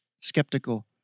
skeptical